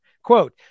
Quote